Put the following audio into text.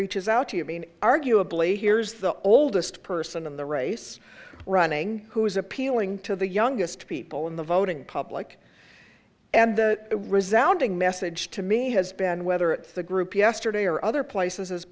mean arguably here's the oldest person in the race running who is appealing to the youngest people in the voting public and the resoundingly message to me has been whether it's the group yesterday or other places has